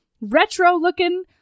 retro-looking